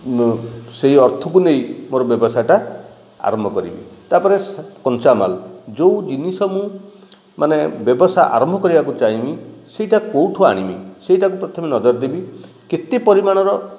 ମୁଁ ସେଇ ଅର୍ଥକୁ ନେଇ ମୋର ବ୍ୟବସାୟଟା ଆରମ୍ଭ କରିବି ତାପରେ କଞ୍ଚାମାଲ ଯେଉଁ ଜିନିଷ ମୁଁ ମାନେ ବ୍ୟବସାୟ ଆରମ୍ଭ କରିବାକୁ ଚାହିଁବି ସେଇଟା କେଉଁଠୁ ଆଣିବି ସେଇଟାକୁ ପ୍ରଥମେ ନଜର ଦେବି କେତେ ପରିମାଣର